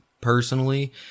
Personally